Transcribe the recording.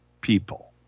people